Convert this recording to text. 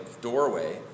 doorway